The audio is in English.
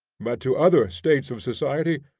but to other states of society,